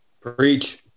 Preach